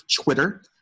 Twitter